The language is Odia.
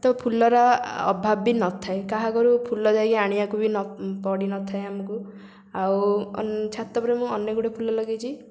ତ ଫୁଲର ଅଭାବ ବି ନଥାଏ କାହା ଘରୁ ଫୁଲ ଯାଇକି ଆଣିବାକୁ ବି ନ ପଡ଼ିନଥାଏ ଆମକୁ ଆଉ ଛାତ ଉପରେ ମୁଁ ଅନେକ ଗୁଡ଼ିଏ ଫୁଲ ଲଗେଇଛି